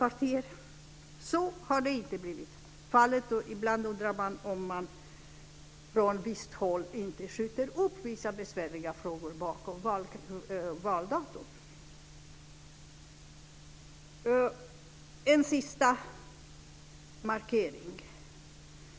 Men så har inte blivit fallet. Ibland undrar jag om man inte från visst håll skjuter upp vissa besvärliga frågor till efter valet. Jag ska göra en sista markering.